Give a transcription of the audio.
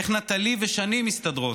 איך נטלי ושני מסתדרות.